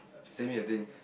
she send me that thing